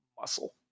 muscle